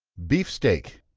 beef steak.